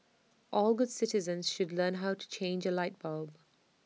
all good citizens should learn how to change A light bulb